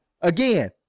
Again